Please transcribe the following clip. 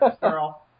girl